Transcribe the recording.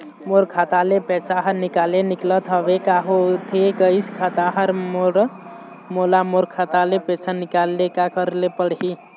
मोर खाता ले पैसा हर निकाले निकलत हवे, का होथे गइस खाता हर मोर, मोला मोर खाता ले पैसा निकाले ले का करे ले पड़ही?